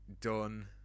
done